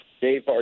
Dave